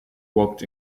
walked